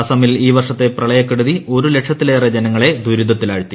അസമിൽ ഇൌ വൃർഷിത്ത് പ്രളയക്കെടുതി ഒരു ലക്ഷത്തിലേറെ ജനങ്ങളെ ദു്രിതത്തിലാഴ്ത്തി